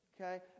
Okay